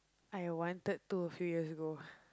I wanted to a few years ago